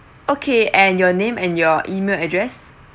okay and your name and your E-mail address